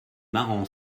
marrant